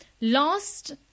last